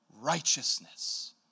righteousness